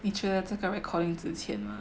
你觉得这个 recording 值钱吗